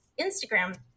instagram